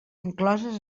incloses